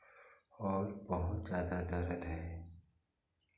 और बहुत ज़्यादा दर्द है